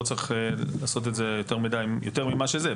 לא צריך לעשות את זה יותר ממה שזה.